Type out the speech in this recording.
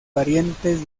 parientes